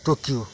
Tokyo